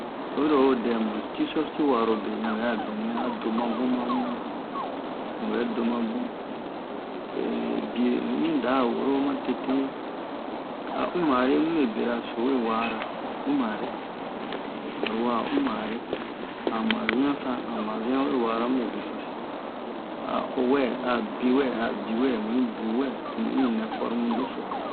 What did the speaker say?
oyi ro o dɛ mu ti-surti wa'a ro be yan bɛ'a benɛ a do ma bun ma mu mu bɛ do ma bun bie un i da woro ma tete a umare mu be bera so we wara umare oyi wa'a umare han mazian sa han mazian we wa'a ra mube be so si a o wɛ a bi wɛ a bi wɛ mu yi bu wɛ to mu i nɛ formu doso